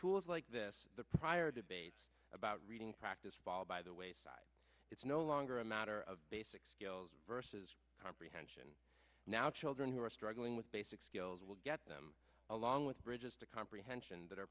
tools like this the prior debates about reading practice fall by the wayside it's no longer a matter of basic skills versus comprehension now children who are struggling with basic skills will get them along with bridges to comprehension that